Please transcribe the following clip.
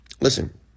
listen